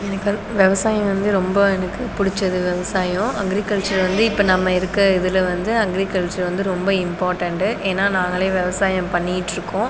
எனக்கு வந்து விவசாயம் வந்து ரொம்ப எனக்கு பிடிச்சது விவசாயம் அக்ரிகல்ச்சர் வந்து இப்போ நம்ம இருக்கற இதில் வந்து அக்ரிகல்ச்சர் வந்து ரொம்ப இம்பார்டன்டு ஏன்னால் நாங்களே விவசாயம் பண்ணிக்கிட்டு இருக்கோம்